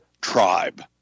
tribe